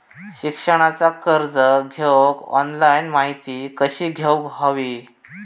शिक्षणाचा कर्ज घेऊक ऑनलाइन माहिती कशी घेऊक हवी?